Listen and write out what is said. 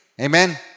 Amen